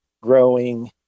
growing